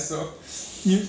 like the course right